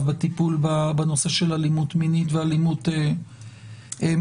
בטיפול בנושא של אלימות מינית ואלימות מגדרית.